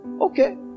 Okay